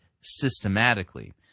systematically